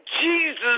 Jesus